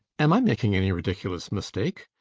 am i making any ridiculous mistake?